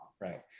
right